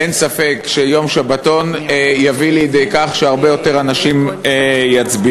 אין ספק שיום שבתון יביא לידי כך שהרבה יותר אנשים יצביעו.